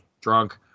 drunk